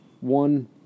one